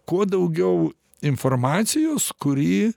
kuo daugiau informacijos kuri